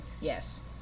Yes